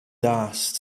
dust